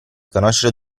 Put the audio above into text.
conoscere